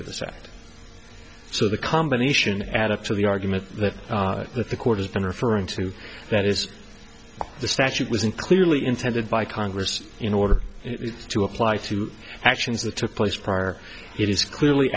if the sack so the combination add up to the argument that the court has been referring to that is the statute was in clearly intended by congress in order to apply to actions that took place prior it is clearly